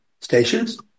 stations